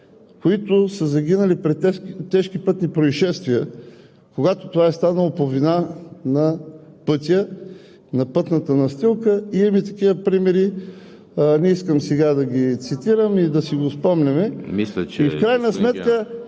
които са загинали при тежки пътни произшествия, когато това е станало по вина на пътната настилка – имаме такива примери, не искам сега да ги цитирам и да си го спомняме. В крайна сметка